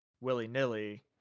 willy-nilly